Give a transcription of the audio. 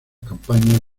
campañas